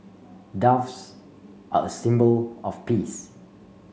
doves are a symbol of peace